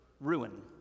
ruin